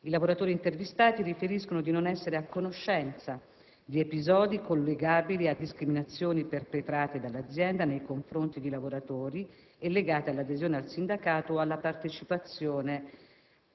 I lavoratori intervistati riferiscono di non essere a conoscenza di episodi collegabili a discriminazioni perpetrate dall'azienda nei confronti di lavoratori e legate all'adesione al sindacato o alla partecipazione